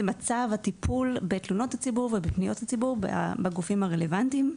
מצב הטיפול בתלונות הציבור ובפניות הציבור בגופים הרלוונטיים,